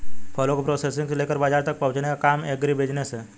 फलों के प्रोसेसिंग से लेकर बाजार तक पहुंचने का काम एग्रीबिजनेस है